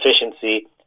efficiency